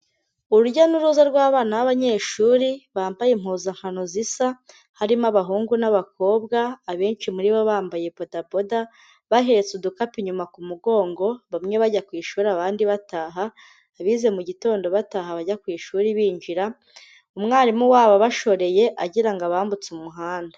Urujya n'uruza rw'abana b'abanyeshuri, bambaye impuzankano zisa, harimo abahungu n'abakobwa, abenshi muri bo bambaye bodaboda, bahetse udukapu inyuma ku mugongo, bamwe bajya ku ishuri abandi bataha, abize mu gitondo bataha, abajya ku ishuri binjira, umwarimu wabo abashoreye agira ngo abambutse umuhanda.